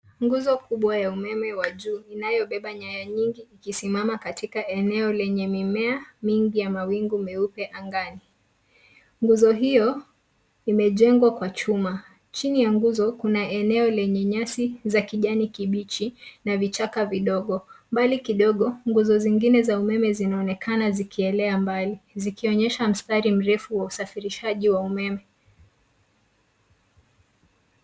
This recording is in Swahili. Nguzo kubwa ya umeme wa juu inayobeba nyaya nyingi ikisimama katika eneo lenye mimea mingi ya mawingu meupe angani. Nguzo hiyo imejengwa kwa chuma. Chini ya nguzo kuna eneo lenye nyasi za kijani kibichi na vichaka vidogo. Mbali kidogo, nguzo zingine za umeme zinaonekana zikielea mbali, zikionyesha mstari mrefu wa usafirishaji wa umeme.